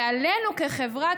ועלינו כחברה,